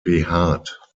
behaart